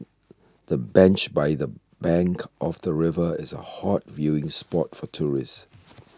the bench by the bank of the river is a hot viewing spot for tourists